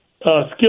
skill